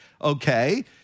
okay